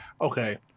okay